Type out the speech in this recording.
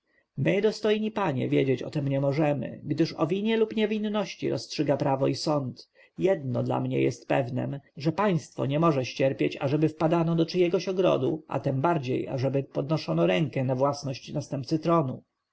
my dostojny panie wiedzieć o tem nie możemy gdyż o winie i niewinności rozstrzyga prawo i sąd jedno dla mnie jest pewnem że państwo nie może ścierpieć ażeby wpadano do czyjegoś ogrodu a tem bardziej ażeby podnoszono rękę na własność następcy tronu